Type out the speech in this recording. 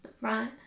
Right